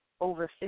over